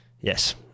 Yes